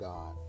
God